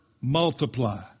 multiply